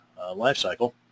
lifecycle